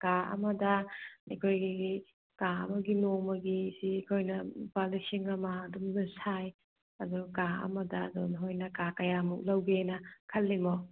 ꯀꯥ ꯑꯃꯗ ꯑꯩꯈꯣꯏꯒꯤ ꯀꯥ ꯑꯃꯒꯤ ꯅꯣꯡꯃꯒꯤꯁꯤ ꯑꯩꯈꯣꯏꯅ ꯂꯨꯄꯥ ꯂꯤꯁꯤꯡ ꯑꯃ ꯑꯗꯨꯝ ꯁꯥꯏ ꯑꯗꯨ ꯀꯥ ꯑꯃꯗ ꯑꯗꯨ ꯅꯣꯏꯅ ꯀꯥ ꯀꯌꯥꯃꯨꯛ ꯂꯧꯒꯦꯅ ꯈꯜꯂꯤꯅꯣ